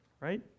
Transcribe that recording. right